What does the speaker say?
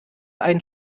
einen